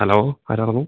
hello ആരായിരുന്നു